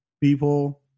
people